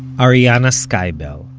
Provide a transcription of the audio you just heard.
arianna skibell.